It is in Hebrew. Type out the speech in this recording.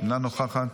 אינה נוכחת.